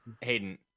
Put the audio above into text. Hayden